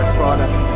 product